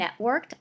networked